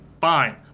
Fine